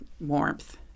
warmth